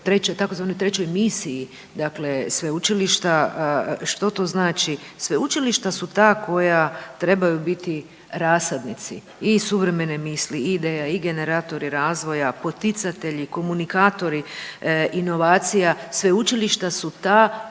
tzv. trećoj misiji dakle sveučilišta. Što to znači? Sveučilišta su ta koja trebaju biti rasadnici i suvremene misli i ideja i generatori razvoja, poticatelji, komunikatori inovacija, sveučilišta su ta